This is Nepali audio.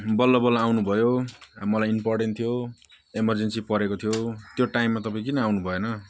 बल्लबल्ल आउनुभयो अब मलाई इम्पोर्टेन्ट थियो इमर्जेन्सी परेको थियो त्यो टाइममा तपाईँ किन आउनु भएन